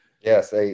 Yes